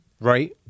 right